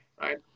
right